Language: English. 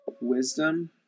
wisdom